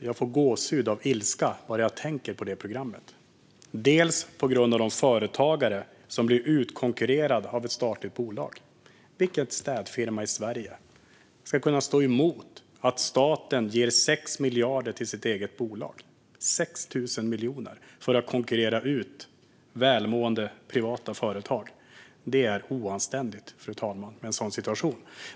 Jag får gåshud av ilska bara jag tänker på programmet, delvis på grund av de företagare som blir utkonkurrerade av ett statligt bolag. Vilken städfirma i Sverige ska kunna stå emot när staten ger 6 miljarder till sitt eget bolag - 6 000 miljoner - för att konkurrera ut välmående privata företag? Det är oanständigt, fru talman, med en sådan situation.